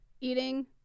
eating